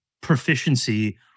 proficiency